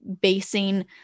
basing